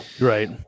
Right